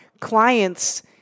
clients